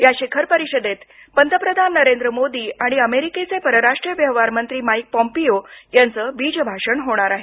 या शिखर परिषदेत पंतप्रधान नरेंद्र मोदी आणि अमेरिकेचे परराष्ट्र व्यवहार मंत्री माईक पोंपीओ यांच बीजभाषण होणार आहे